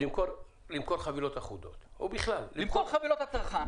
למכור חבילות אחודות או בכלל למכור חבילות לצרכן.